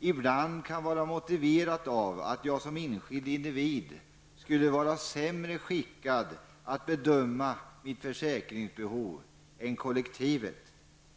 ibland kan vara motiverat av att jag som enskild individ skulle vara sämre skickad att bedöma mitt försäkringsbehov än kollektivet.